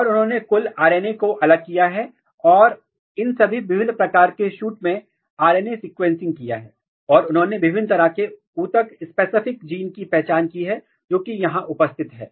और उन्होंने कुल RNA को अलग किया है और इन सभी विभिन्न प्रकार के सूट में आर एन ए सीक्वेंसिंग किया है और उन्होंने विभिन्न तरह के उत्तक स्पेसिफिक जीन की पहचान की है जो कि यहां उपस्थित हैं